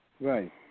Right